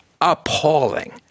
Appalling